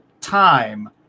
time